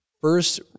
First